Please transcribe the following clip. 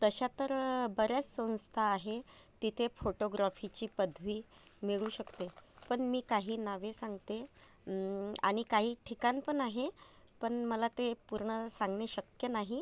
तशा तर बऱ्याच संस्था आहे तिथे फोटोग्रॉफीची पदवी मिरू शकते पण मी काही नावे सांगते आणि काही ठिकाण पण आहे पण मला ते पूर्ण सांगणे शक्य नाही